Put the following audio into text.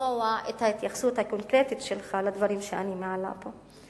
לשמוע את ההתייחסות הקונקרטית שלך לדברים שאני מעלה פה: